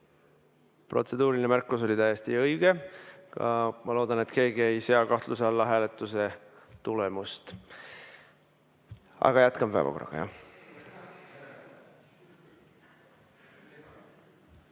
Protseduuriline märkus oli täiesti õige. Ma loodan, et keegi ei sea kahtluse alla hääletuse tulemust. Aga jätkame päevakorraga.